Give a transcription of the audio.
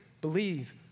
believe